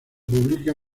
publica